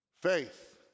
Faith